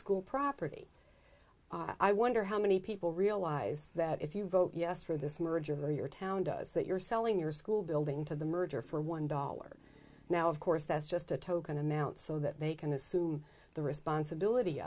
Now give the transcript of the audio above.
school property i wonder how many people realise that if you vote yes for this merger or your town does that you're selling your school building to the merger for one dollar now of course that's just a token amount so that they can assume the responsibility